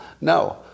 No